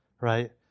right